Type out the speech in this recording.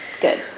Good